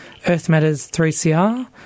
earthmatters3cr